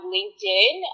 LinkedIn